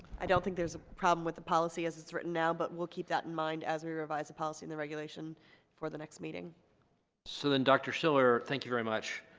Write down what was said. i don't think there's a problem with the policy as it's written now but we'll keep that in mind as we revise the policy in the regulation for the next meeting so then dr. schiller thank you very much